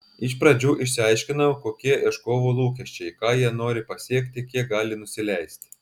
iš pradžių išsiaiškinau kokie ieškovų lūkesčiai ką jie nori pasiekti kiek gali nusileisti